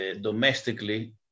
domestically